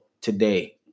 today